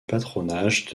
patronage